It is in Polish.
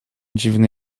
dziwny